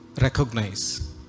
recognize